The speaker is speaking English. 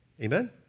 Amen